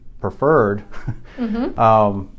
preferred